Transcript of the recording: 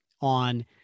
on